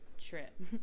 Trip